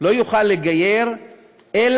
גם